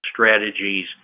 strategies